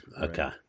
Okay